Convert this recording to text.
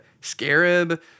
Scarab